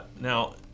Now